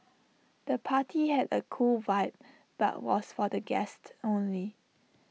the party had A cool vibe but was for the guests only